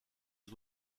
aux